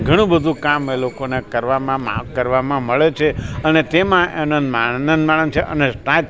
ઘણું બધુ કામ એ લોકોના કરવામાં કરવામાં મળે છે અને તેમાં છે અને તાજ